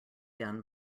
done